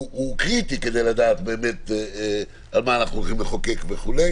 הוא קריטי כדי לדעת על מה אנחנו הולכים לחוקק וכו'.